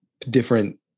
different